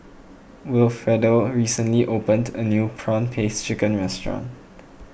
Wilfredo recently opened a new Prawn Paste Chicken restaurant